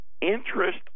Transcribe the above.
Interest